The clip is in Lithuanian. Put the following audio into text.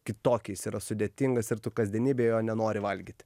kitokį jis yra sudėtingas ir tu kasdienybėj jo nenori valgyti